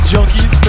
Junkies